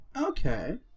Okay